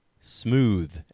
smooth